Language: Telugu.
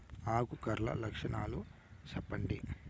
ఆకు కర్ల లక్షణాలు సెప్పండి